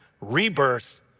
rebirth